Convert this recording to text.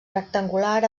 rectangular